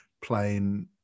playing